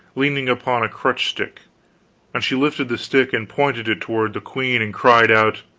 leaning upon a crutch-stick and she lifted the stick and pointed it toward the queen and cried out